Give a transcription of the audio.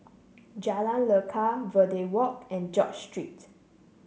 Jalan Lekar Verde Walk and George Street